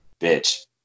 bitch